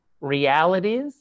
realities